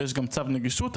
ויש גם צו נגישות,